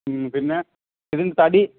പിന്നെ ഇതിന്റെ തടി